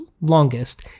longest